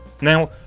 Now